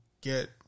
get